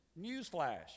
newsflash